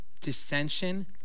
dissension